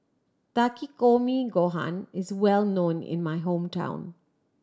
Takikomi Gohan is well known in my hometown